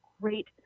great